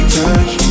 touch